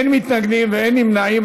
אין מתנגדים ואין נמנעים.